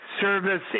service